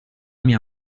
mia